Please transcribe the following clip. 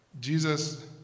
Jesus